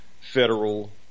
federal